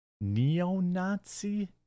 neo-Nazi